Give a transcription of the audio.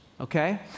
okay